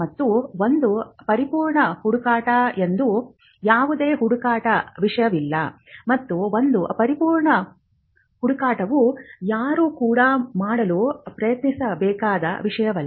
ಮತ್ತು ಒಂದು ಪರಿಪೂರ್ಣ ಹುಡುಕಾಟ ಎಂದು ಯಾವುದೇ ಹುಡುಕಾಟ ವಿಷಯವಿಲ್ಲ ಮತ್ತು ಒಂದು ಪರಿಪೂರ್ಣ ಹುಡುಕಾಟವು ಯಾರೂ ಕೂಡ ಮಾಡಲು ಪ್ರಯತ್ನಿಸಬೇಕಾದ ವಿಷಯವಲ್ಲ